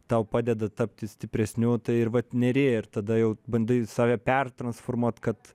tau padeda tapti stipresniu ir vat neri ir tada jau bandai save pertransformuot kad